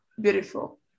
beautiful